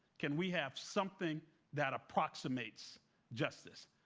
can we have something that approximates justice.